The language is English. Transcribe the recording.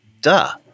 duh